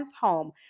home